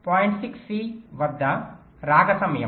6 C వద్ద రాక సమయం